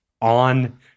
on